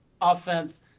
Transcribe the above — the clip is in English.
offense